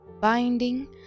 binding